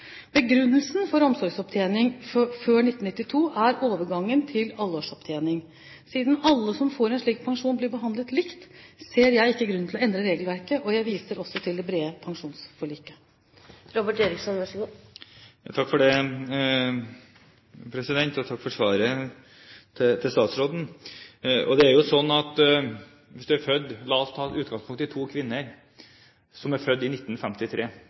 Begrunnelsen for omsorgsopptjening før 1992 er overgangen til alleårsopptjening. Siden alle som får en slik pensjon, blir behandlet likt, ser jeg ikke grunn til å endre regelverket, og jeg viser også til det brede pensjonsforliket. Jeg takker stasråden for svaret. La oss ta utgangspunkt i to kvinner som er født i 1953. Den ene kvinnen har jobbet i en bedrift med tariffavtale og